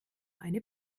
eine